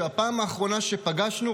שהפעם האחרונה שפגשנו,